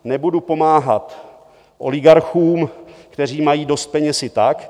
Nebudu pomáhat oligarchům, kteří mají dost peněz i tak.